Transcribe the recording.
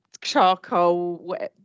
charcoal